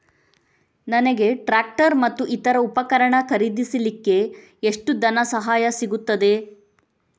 ನನಗೆ ಟ್ರ್ಯಾಕ್ಟರ್ ಮತ್ತು ಇತರ ಉಪಕರಣ ಖರೀದಿಸಲಿಕ್ಕೆ ಎಷ್ಟು ಧನಸಹಾಯ ಸಿಗುತ್ತದೆ?